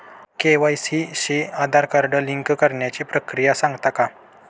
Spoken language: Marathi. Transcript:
के.वाय.सी शी आधार कार्ड लिंक करण्याची प्रक्रिया सांगता का?